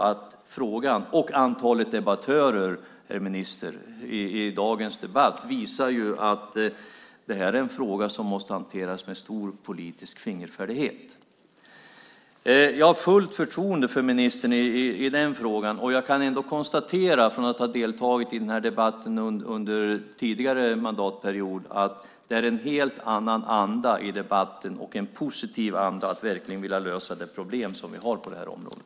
Antalet debattörer, herr minister, i dagens debatt visar att det här är en fråga som måste hanteras med stor politisk fingerfärdighet. Jag har fullt förtroende för ministern i den frågan och kan konstatera, efter att ha deltagit i den här debatten under tidigare mandatperiod, att det nu är en helt annan anda i debatten, en positiv anda när det gäller att verkligen vilja lösa de problem som vi har på det här området.